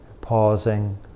Pausing